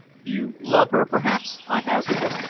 you love her, perhaps? i hazarded.